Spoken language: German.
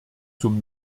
zum